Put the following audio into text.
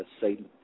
Satan